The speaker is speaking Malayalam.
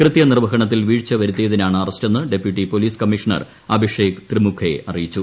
കൃത്യനിർവഹണത്തിൽ വീഴ്ച വരുത്തിയതിനാണ് അറസ്റ്റെന്ന് deputy police commissioner Abhishek Trimukhe അറിയിച്ചു